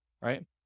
Right